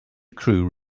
crew